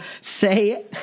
say